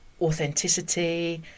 Authenticity